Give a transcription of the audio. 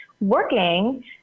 working